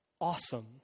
Awesome